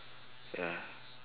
ya